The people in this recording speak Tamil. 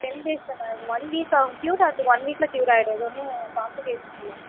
டென் டேஸில் மேட்ச் ஒன் வீக் ஆகும் க்யூர் ஆகுறதுக்கு ஒன் வீக்கில் க்யூர் ஆகிடும் இது ஒன்னும் காம்ப்ளிகேஷன் இல்லை